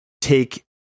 take